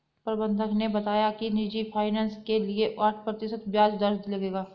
प्रबंधक ने बताया कि निजी फ़ाइनेंस के लिए आठ प्रतिशत ब्याज दर लगेगा